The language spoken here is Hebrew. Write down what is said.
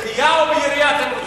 בתלייה או בירייה אתם רוצים?